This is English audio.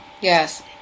Yes